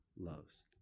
loves